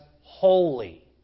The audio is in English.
holy